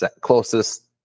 closest